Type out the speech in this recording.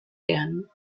werden